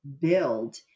build